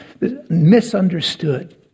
misunderstood